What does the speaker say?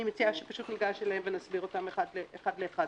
אני מציעה שניגש אליהם, ונסביר אותם אחד לאחד.